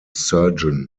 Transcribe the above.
surgeon